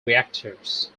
reactors